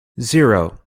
zero